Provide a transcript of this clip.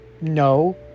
No